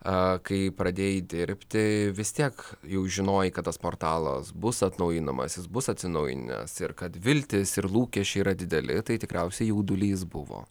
o kai pradėjai dirbti vis tiek jau žinojai kad tas portalas bus atnaujinamasis bus atsinaujinęs ir kad viltys ir lūkesčiai yra dideli tai tikriausiai jaudulys buvo